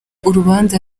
urubanza